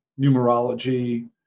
numerology